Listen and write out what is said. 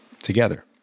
together